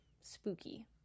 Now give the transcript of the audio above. spooky